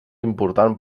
important